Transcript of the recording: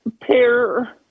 pair